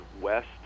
west